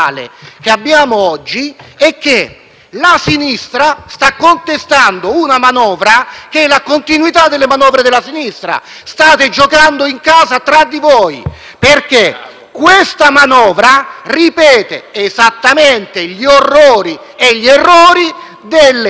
la sinistra sta contestando una manovra che è in continuità con le sue manovre. State giocando in casa tra di voi. Questa manovra, infatti, ripete esattamente gli orrori e gli errori delle manovre degli ultimi cinque anni,